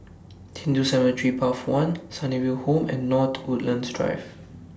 Hindu Cemetery Path one Sunnyville Home and North Woodlands Drive